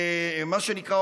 מה שנקרא,